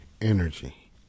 energy